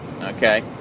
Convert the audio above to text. Okay